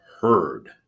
heard